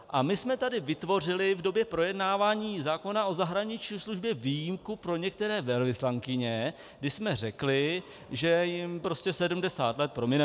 A my jsme tady vytvořili v době projednávání zákon o zahraniční službě výjimku pro některé velvyslankyně, kdy jsme řekli, že jim 70 let promineme.